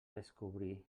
descobrir